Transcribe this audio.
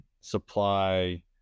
supply